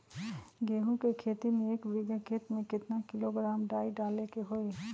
गेहूं के खेती में एक बीघा खेत में केतना किलोग्राम डाई डाले के होई?